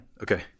Okay